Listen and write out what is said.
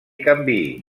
canviï